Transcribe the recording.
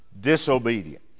disobedient